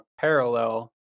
parallel